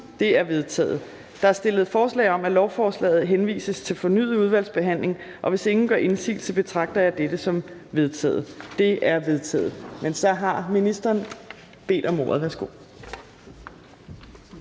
De er vedtaget. Der er stillet forslag om, at lovforslaget henvises til fornyet udvalgsbehandling. Hvis ingen gør indsigelse, betragter jeg dette som vedtaget. Det er vedtaget. Men så har ministeren bedt om ordet. Værsgo.